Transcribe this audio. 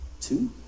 two